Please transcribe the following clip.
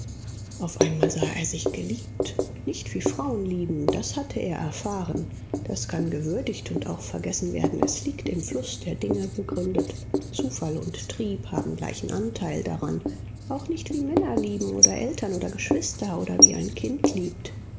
auf einmal sah er sich geliebt nicht wie frauen lieben das hatte er erfahren das kann gewürdigt und auch vergessen werden es liegt im fluß der dinge begründet zufall und trieb haben gleichen anteil daran auch nicht wie männer lieben oder eltern oder geschwister oder wie ein kind liebt